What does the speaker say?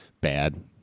Bad